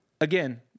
Again